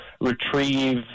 retrieve